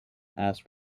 asked